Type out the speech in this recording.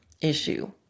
issue